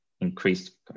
increased